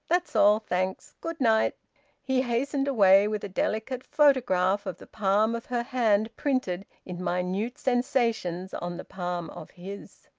that's all! thanks. good-night! he hastened away, with a delicate photograph of the palm of her hand printed in minute sensations on the palm of his.